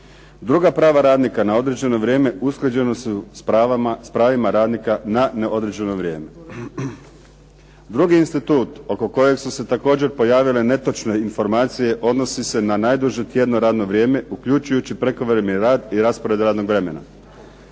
Druga prava radnika na određeno vrijeme usklađena su s pravima radnika na neodređeno vrijeme. Drugi institut oko kojeg su se također pojavile netočne informacije odnosi se na najduže tjedno radno vrijeme uključujući prekovremeni rad i raspored radnog vremena.